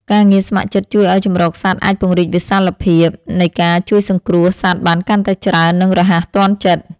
ការងារស្ម័គ្រចិត្តជួយឱ្យជម្រកសត្វអាចពង្រីកវិសាលភាពនៃការជួយសង្គ្រោះសត្វបានកាន់តែច្រើន និងរហ័សទាន់ចិត្ត។